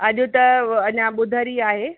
अॼु त व अञा ॿुधर ई आहे